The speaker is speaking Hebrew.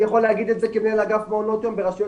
אני יכול להגיד את זה כמנהל אגף מעונות יום ברשויות